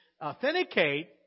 Authenticate